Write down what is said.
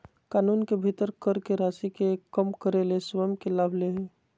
कानून के भीतर कर के राशि के कम करे ले स्वयं के लाभ ले हइ